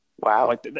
Wow